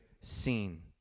seen